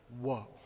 whoa